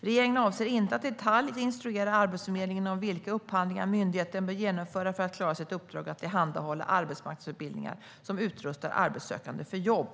Regeringen avser inte att i detalj instruera Arbetsförmedlingen om vilka upphandlingar myndigheten bör genomföra för att klara sitt uppdrag att tillhandahålla arbetsmarknadsutbildningar som utrustar arbetssökande för jobb.